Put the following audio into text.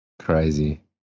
Crazy